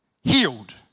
healed